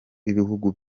b’ibihugu